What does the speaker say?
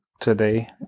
today